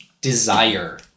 desire